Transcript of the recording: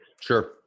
Sure